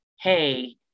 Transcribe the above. hey